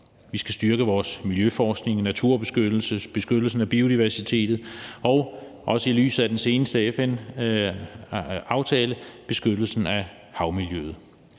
Vi skal styrke vores miljøforskning og naturbeskyttelse, beskyttelsen af biodiversiteten og i lyset af den seneste FN-aftale også beskyttelsen af havmiljøet.